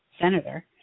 senator